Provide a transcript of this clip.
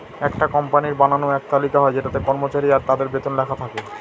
একটা কোম্পানির বানানো এক তালিকা হয় যেটাতে কর্মচারী আর তাদের বেতন লেখা থাকে